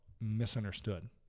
misunderstood